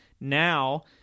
Now